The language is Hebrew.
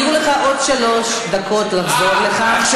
יהיו לך עוד שלוש דקות לחזור לכאן,